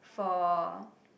for